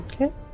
Okay